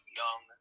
young